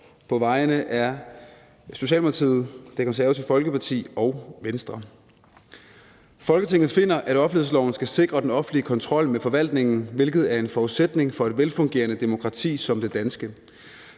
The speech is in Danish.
og Venstre: Forslag til vedtagelse »Folketinget finder, at offentlighedsloven skal sikre den offentlige kontrol med forvaltningen, hvilket er en forudsætning for et velfungerende demokrati som det danske.